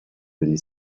degli